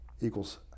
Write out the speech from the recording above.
equals